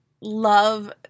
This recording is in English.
love